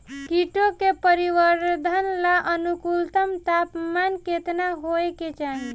कीटो के परिवरर्धन ला अनुकूलतम तापमान केतना होए के चाही?